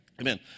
Amen